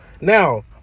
now